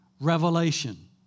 revelation